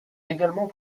également